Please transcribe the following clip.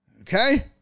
Okay